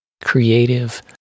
creative